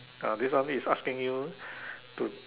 ah this one is asking you to